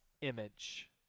image